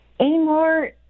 Anymore